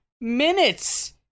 minutes